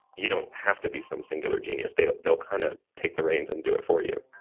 you don't have to be some singular genius. they'll they'll kind of take the reins and do it for you